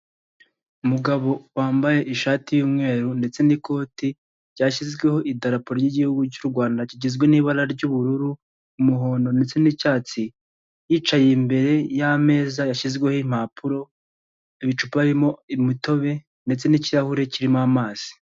Umugabo wambaye ishati y'umweru ndetse n'ikoti ryashyizweho idarapo ry'igihugu cy'u Rwanda, kigizwe n'ibara ry'ubururu, umuhondo, ndetse n'icyatsi, yicaye imbere y'ameza yashyizweho impapuro, icupa ririmo imitobe, ndetse n'ikirahure kirimo amazi.